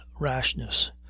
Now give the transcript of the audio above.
rashness